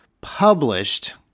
published